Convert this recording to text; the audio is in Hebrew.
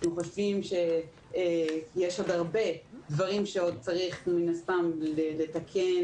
יש עוד הרבה דברים שצריך לתקן,